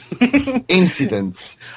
incidents